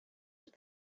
that